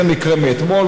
זה מקרה מאתמול,